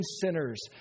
sinners